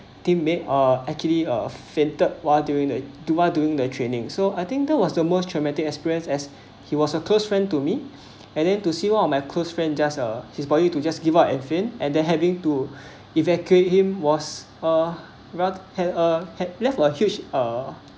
teammate are actually a fainted while during the while doing the training so I think that was the most traumatic experience as he was a close friend to me and then to see one of my close friend just uh she's body to just give up and faint and they're having to evacuate him was a rat~ had uh had left a huge uh